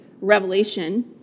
Revelation